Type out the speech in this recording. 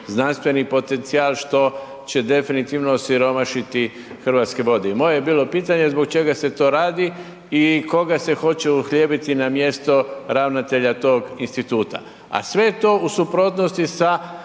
znanstveni potencijal što će definitivno osiromašiti Hrvatske vode. I moje je bilo pitanje zbog čega se to radi i koga se hoće uhljebiti na mjesto ravnatelja tog instituta. A sve to u suprotnosti sa